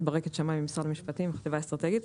אני ממשרד המשפטים, החטיבה האסטרטגית.